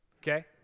Okay